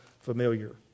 familiar